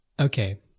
Okay